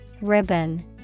ribbon